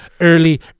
early